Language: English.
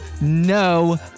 no